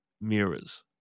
mirrors